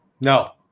No